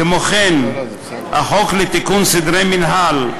כמו כן, החוק לתיקון סדרי המינהל,